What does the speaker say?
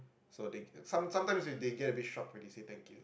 so they some sometimes they get a bit shock when they say thank you